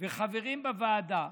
וחברים בוועדה,